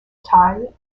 tie